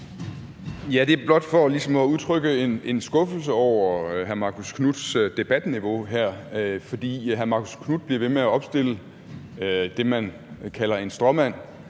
Det er blot for ligesom at udtrykke en skuffelse over hr. Marcus Knuths debatniveau her, for hr. Marcus Knuth bliver ved med at opstille det, man kalder en stråmand,